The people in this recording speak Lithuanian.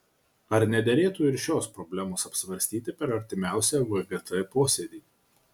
ar nederėtų ir šios problemos apsvarstyti per artimiausią vgt posėdį